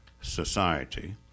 society